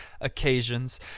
occasions